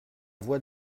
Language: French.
voix